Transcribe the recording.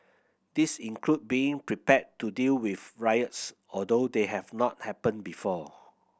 these include being prepared to deal with riots although they have not happened before